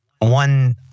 one